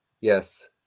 Yes